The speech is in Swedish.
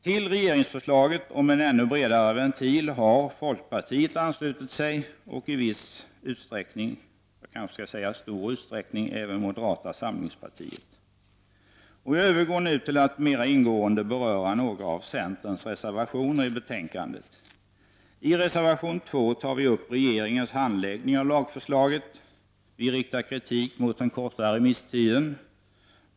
Till regeringsförslaget om en ännu bredare ventil har folkpartiet, och i stor utsträckning även moderata samlingspartiet, anslutit. Jag övergår nu till att mera ingående beröra några av centerns reservationer i betänkandet. I reservation 2 tar vi i centern upp regeringens handläggning av lagförslaget. Vi riktar kritik mot den korta remisstiden.